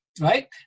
Right